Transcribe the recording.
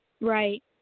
Right